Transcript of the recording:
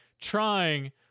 trying